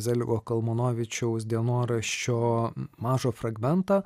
zeligo kalmanovičiaus dienoraščio mažo fragmento